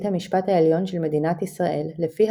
המשפט העליון של מדינת ישראל לפיה,